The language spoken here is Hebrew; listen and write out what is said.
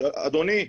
אדוני,